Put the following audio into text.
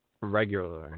Regularly